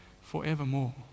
forevermore